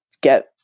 get